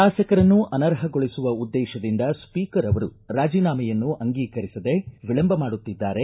ಶಾಸಕರನ್ನು ಅನರ್ಹಗೊಳಿಸುವ ಉದ್ದೇಶದಿಂದ ಸ್ವೀಕರ್ ಅವರು ರಾಜಿನಾಮೆಯನ್ನು ಅಂಗೀಕರಿಸದೇ ವಿಳಂಬ ಮಾಡುತ್ತಿದ್ದಾರೆ